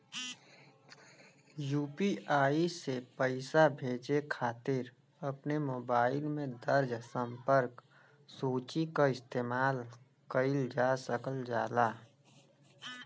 UPI से पइसा भेजे खातिर अपने मोबाइल में दर्ज़ संपर्क सूची क इस्तेमाल कइल जा सकल जाला